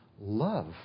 Love